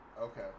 Okay